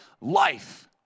life